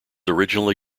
originally